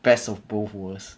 best of both worlds